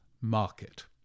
market